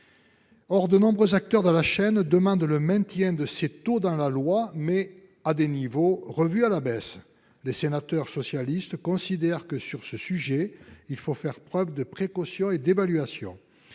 Or de nombreux acteurs de la chaîne demandent le maintien de ces taux dans la loi, mais à des niveaux revus à la baisse. Nous considérons que, sur ce sujet, il faut faire preuve de précaution et mener des évaluations.